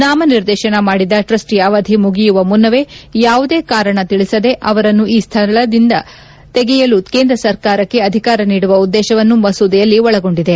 ನಾಮ ನಿರ್ದೇಶನ ಮಾಡಿದ ಟ್ರಸ್ಟಿಯ ಅವಧಿ ಮುಗಿಯುವ ಮುನ್ನವೇ ಯಾವುದೇ ಕಾರಣ ತಿಳಿಸದೆ ಅವರನ್ನು ಈ ಸ್ಥಾನದಿಂದ ತೆಗೆಯಲು ಕೇಂದ್ರ ಸರ್ಕಾರಕ್ಕೆ ಅಧಿಕಾರ ನೀಡುವ ಉದ್ದೇಶವನ್ನು ಮಸೂದೆಯಲ್ಲಿ ಒಳಗೊಂಡಿದೆ